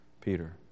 Peter